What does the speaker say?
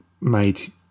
made